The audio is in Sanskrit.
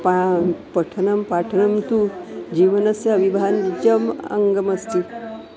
पा पठनं पाठनं तु जीवनस्य अविभाज्यम् अङ्गमस्ति